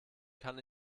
kann